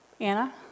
Anna